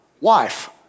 wife